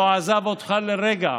לא עזב אותך לרגע,